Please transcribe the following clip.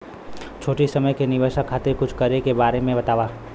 छोटी समय के निवेश खातिर कुछ करे के बारे मे बताव?